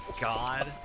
God